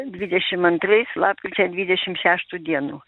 dvidešimt antrais lapkričio dvidešimt šeštu dienu